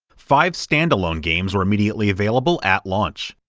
five stand-alone games were immediately available at launch.